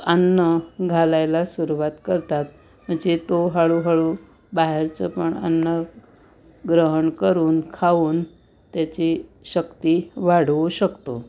अन्न घालायला सुरवात करतात म्हणजे तो हळूहळू बाहेरचं पण अन्न ग्रहण करून खाऊन त्याची शक्ती वाढवू शकतो